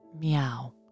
meow